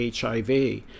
HIV